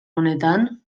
honetan